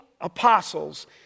apostles